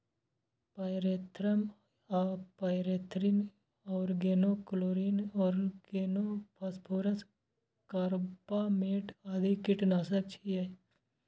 pyrethrum आ pyrethrin, organochlorine, organophosphorus, carbamate आदि कीटनाशक छियै